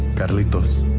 carlitos,